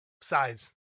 size